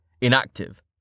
inactive